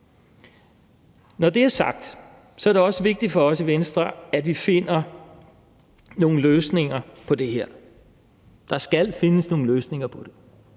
Når det er sagt, er det også vigtigt for os i Venstre, at vi finder nogle løsninger på det her. Der skal findes nogle løsninger på det,